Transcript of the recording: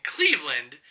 Cleveland